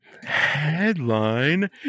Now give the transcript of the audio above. headline